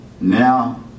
now